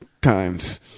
times